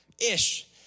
ish